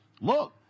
look